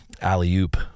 alley-oop